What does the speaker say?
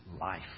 Life